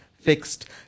fixed